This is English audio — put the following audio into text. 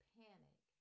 panic